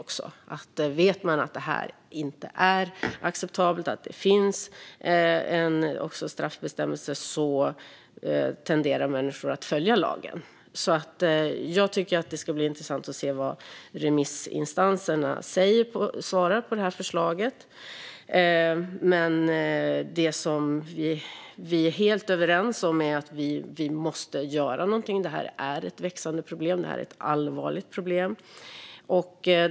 Om man vet att det inte är acceptabelt och att det finns en straffbestämmelse tenderar människor att följa lagen. Det ska bli intressant att se vad remissinstanserna svarar på förslaget, men det som vi är helt överens om är att vi måste göra något. Det är ett allvarligt och växande problem.